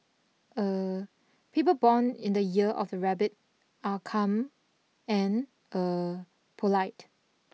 er people born in the year of the Rabbit are calm and er polite